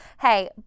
Hey